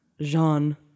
Jean